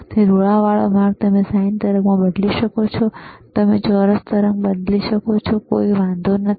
તેથી તે ઢાળવાળો માર્ગ તમે sin તરંગમાં બદલી શકો છો તમે ચોરસ તરંગ બદલી શકો છો કોઈ વાંધો નથી